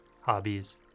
hobbies